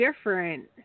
different